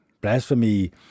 Blasphemy